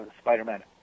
Spider-Man